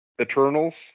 Eternals